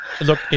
Look